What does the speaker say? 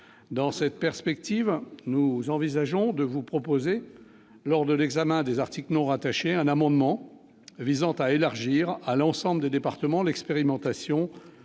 dans cette perspective, nous envisageons de vous proposer lors de l'examen des articles non rattachés un amendement visant à élargir à l'ensemble des départements l'expérimentation